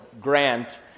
grant